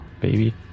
Baby